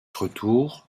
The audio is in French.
retour